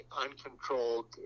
uncontrolled